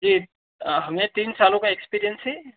जी हमें तीन सालों का एक्स्पीरियंस है